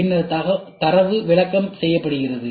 பின்பு தரவு விளக்கம்செய்யப்படுகிறது